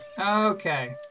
Okay